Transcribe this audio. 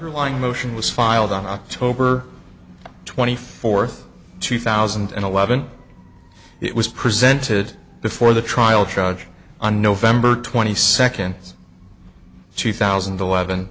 underlying motion was filed on october twenty fourth two thousand and eleven it was presented before the trial judge on november twenty second two thousand and